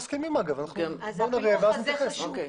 הפילוח הזה חשוב.